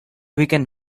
weaken